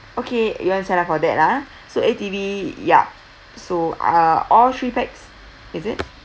okay you want to sign up for that ah so A_T_V ya so ah all three pax is it